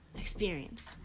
experienced